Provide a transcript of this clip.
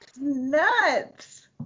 nuts